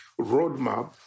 roadmap